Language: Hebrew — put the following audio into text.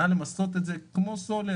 נא למסות את זה כמו סולר,